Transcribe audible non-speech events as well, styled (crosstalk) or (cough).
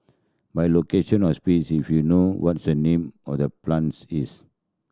by location or (unintelligible) if you know what's the name or the plants is